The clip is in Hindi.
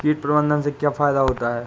कीट प्रबंधन से क्या फायदा होता है?